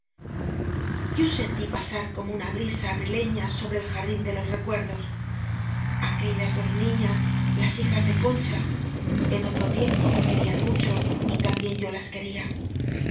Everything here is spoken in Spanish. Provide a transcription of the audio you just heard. yo sentí pasar como una brisa abrileña sobre el jardín de los recuerdos aquellas dos niñas las hijas de concha en otro tiem po me querían mucho y también yo las quería